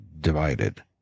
divided